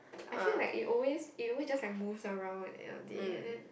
I feel like it always it always just like moves around at end of day and then